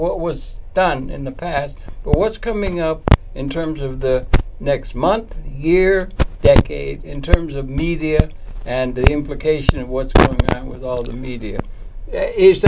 what was done in the past but what's coming up in terms of the next month year decade in terms of media and implication what with all the media